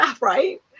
Right